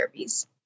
therapies